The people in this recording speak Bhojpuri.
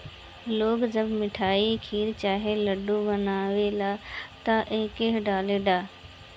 लोग जब मिठाई, खीर चाहे लड्डू बनावेला त एके डालेला